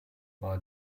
war